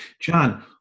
John